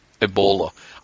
Ebola